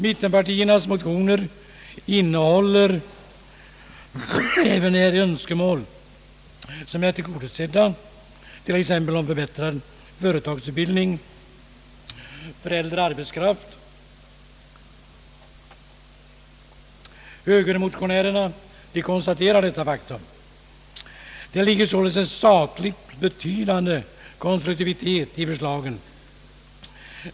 Mittenpartiernas motioner innehåller även här önskemål som är tillgodosedda, t.ex. om förbättrad företagsutbildning för äldre arbetskraft. Högermotionärerna konstaterar detta faktum. Det ligger sålunda en sakligt sett betydande konstruktivitet i förslagen.